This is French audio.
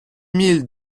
mille